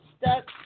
stuck